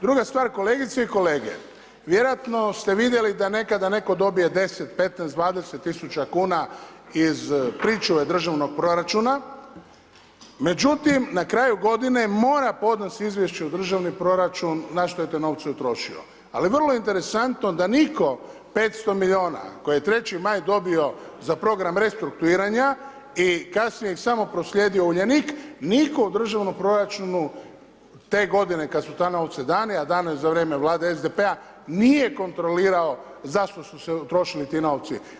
Druga stvar, kolegice i kolege vjerojatno ste vidjeli da nekada neko dobije 10, 15, 20 tisuća kuna iz pričuve državnog proračuna, međutim na kraju godine mora podnosit izvješće u državni proračun na što je te novce utrošio, ali vrlo interesantno da nitko 500 miliona koje je 3. maj dobio za program restrukturiranja i kasnije ih samo proslijedio Uljanik, niko u državnom proračunu te godine kad su ta novci dani, a dano je za vrijeme vlade SDP-a nije kontrolirao zašto su se utrošili ti novci.